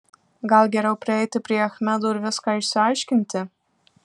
gal geriau prieiti prie achmedo ir viską išsiaiškinti